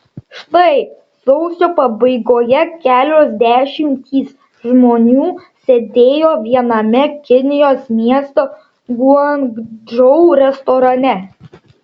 štai sausio pabaigoje kelios dešimtys žmonių sėdėjo viename kinijos miesto guangdžou restorane